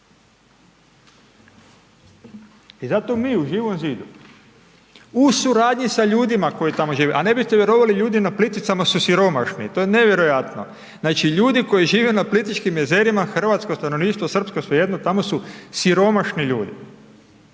I zato mi u Živom zidu u suradnji sa ljudima koji tamo žive, a ne biste vjerovali, ljudi na Plitvicama su siromašni, to je nevjerojatno, znači ljudi koji žive na Plitvičkim jezerima, hrvatsko stanovništvo, srpsko, svejedno, tamo su siromašni ljudi.